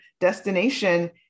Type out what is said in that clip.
destination